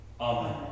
Amen